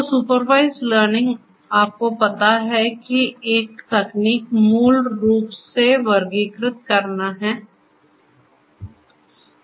तो supervised learning आपको पता है कि एक तकनीक मूल रूप से वर्गीकृत करना है और दूसरा प्रतिगमन करना है